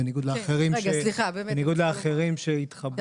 בניגוד לאחרים שהתחבאו.